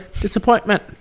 Disappointment